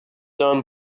done